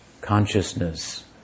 consciousness